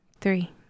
three